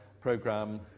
program